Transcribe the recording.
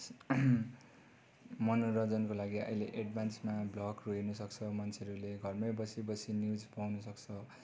मनोरञ्जनको लागि अहिले एड्भान्समा भल्गहरू हेर्नुसक्छ मान्छेहरूले घरमै बसीबसी न्युज पाउनुसक्छ